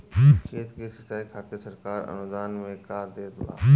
खेत के सिचाई खातिर सरकार अनुदान में का देत बा?